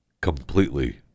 completely